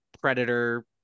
predator